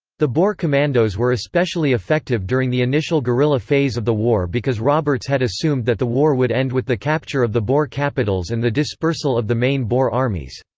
the boer commandos were especially effective during the initial guerrilla phase of the war because roberts had assumed that the war would end with the capture of the boer capitals and the dispersal of the main boer armies.